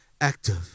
active